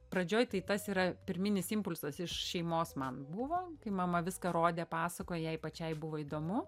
pradžioj tai tas yra pirminis impulsas iš šeimos man buvo kai mama viską rodė pasakojo jai pačiai buvo įdomu